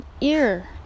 ear